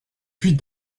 puis